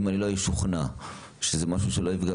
אם אני לא אשוכנע שזה משהו שלא יפגע